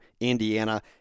Indiana